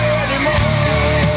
anymore